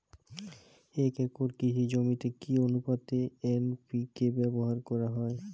এক একর কৃষি জমিতে কি আনুপাতে এন.পি.কে ব্যবহার করা হয়?